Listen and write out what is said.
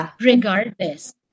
regardless